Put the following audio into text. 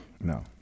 no